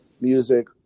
music